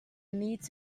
need